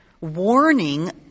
warning